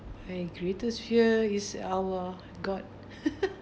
my greatest fear is our god